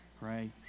Pray